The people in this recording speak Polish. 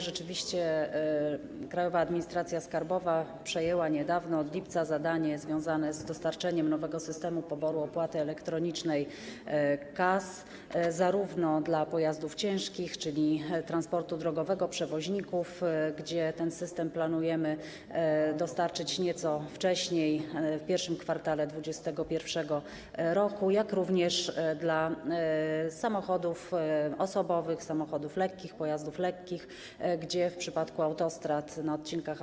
Rzeczywiście Krajowa Administracja Skarbowa przejęła niedawno, od lipca, zadanie związane z dostarczeniem nowego Systemu Poboru Opłaty Elektronicznej KAS, zarówno dla pojazdów ciężkich, czyli transportu drogowego, przewoźników - w tym przypadku ten system planujemy dostarczyć nieco wcześniej, w I kwartale 2021 r. - jak i dla samochodów osobowych, samochodów lekkich, pojazdów lekkich - w przypadku autostrad na odcinkach A2,